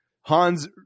Hans